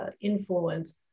influence